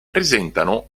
presentano